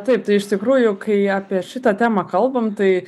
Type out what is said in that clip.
taip tai iš tikrųjų kai apie šitą temą kalbam tai